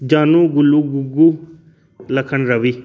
Janu Gullu Gugu Lakhan Ravi